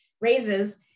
raises